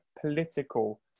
political